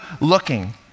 looking